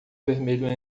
vermelho